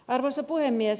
arvoisa puhemies